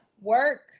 Work